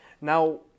Now